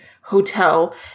hotel